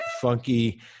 funky